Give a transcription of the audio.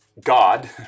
God